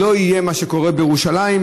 שלא יהיה מה שקורה בירושלים,